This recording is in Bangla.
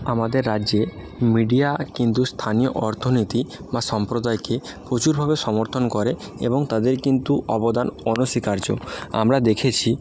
আমাদের রাজ্যে মিডিয়া কিন্তু স্থানীয় অর্থনীতি বা সম্প্রদায়কে প্রচুরভাবে সমর্থন করে এবং তাদের কিন্তু অবদান অনস্বীকার্য আমরা দেখেছি